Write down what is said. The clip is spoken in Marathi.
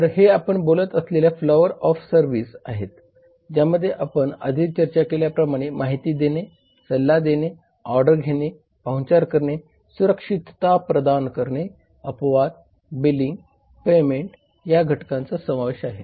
तर हे आपण बोलत असलेल्या फ्लॉवर ऑफ सर्विस आहेत ज्यामध्ये आपण आधी चर्चा केल्याप्रमाणे माहिती देणे सल्ला देणे ऑर्डर घेणे पाहुणचार करणे सुरक्षितता प्रदान करणे अपवाद बिलिंग पेमेंट या घटकांचा समावेश आहे